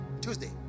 Tuesday